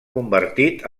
convertit